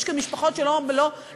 יש כאן משפחות שלא מצליחות,